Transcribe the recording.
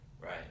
right